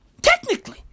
Technically